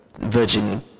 Virgin